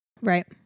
Right